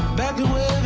february,